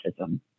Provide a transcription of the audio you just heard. autism